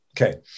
Okay